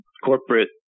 corporate